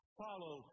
follow